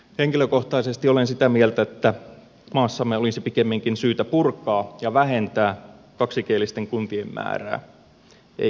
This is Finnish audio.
henkilökohtaisesti olen sitä mieltä että maassamme olisi pikemminkin syytä purkaa ja vähentää kaksikielisten kuntien määrää eikä lisätä niitä